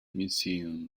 museum